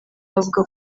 avuga